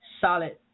solid